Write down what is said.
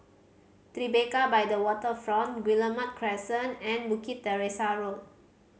Tribeca by the Waterfront Guillemard Crescent and Bukit Teresa Road